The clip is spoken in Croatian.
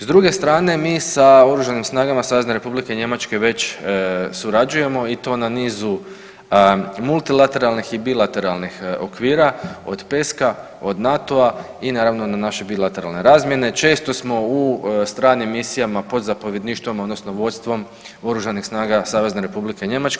S druge strane mi sa oružanim snagama Savezne Republike Njemačke već surađujemo i to na nizu multilateralnih i bilateralnih okvira od PESK-a, od NATO-a i naravno na naše bilateralne razmjene često smo u stranim misijama pod zapovjedništvom odnosno vodstvom oružanih snaga Savezne Republike Njemačke.